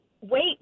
wait